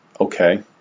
okay